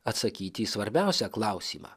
atsakyti į svarbiausią klausimą